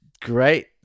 Great